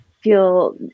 feel